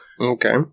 Okay